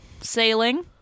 Sailing